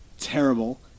Terrible